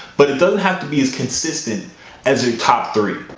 but it doesn't have to be as consistent as your top three.